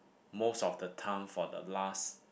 most of the time for the last